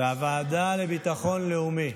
ולוועדה לביטחון לאומי,